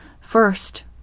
first